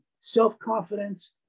self-confidence